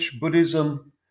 Buddhism